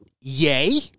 Yay